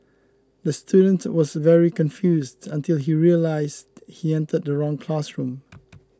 the student was very confused until he realised he entered the wrong classroom